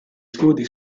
studi